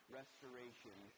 restoration